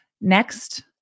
Next